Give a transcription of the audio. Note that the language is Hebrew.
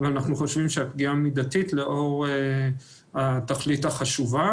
ואנחנו חושבים שהפגיעה מידתית לאור התכלית החשובה